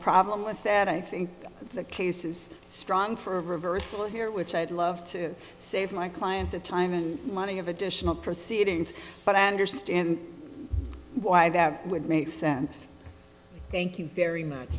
problem with that i think the case is strong for reversal here which i'd love to save my client the time and money of additional proceedings but i understand why that would make sense thank you very much